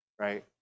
right